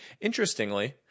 Interestingly